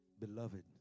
beloved